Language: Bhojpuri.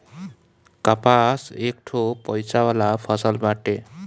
कपास एकठो पइसा वाला फसल बाटे